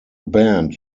band